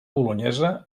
bolonyesa